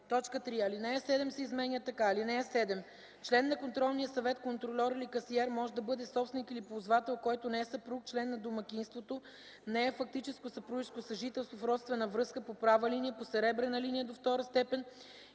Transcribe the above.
3. Алинея 7 се изменя така: „(7) Член на контролния съвет, контрольор или касиер може да бъде собственик или ползвател, който не е съпруг, член на домакинството, не е във фактическо съпружеско съжителство, в родствена връзка по права линия, по съребрена линия до втора степен